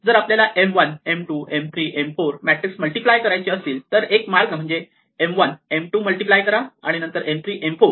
जर आपल्याला M1 M2 M3 M4 matrix multiply करायचे असतील तर एक मार्ग म्हणजे M1 M2 मल्टिप्लाय करा आणि नंतर M3 M4